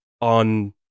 on